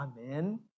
amen